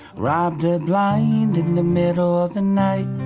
robbed her blind in the middle of the night